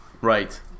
Right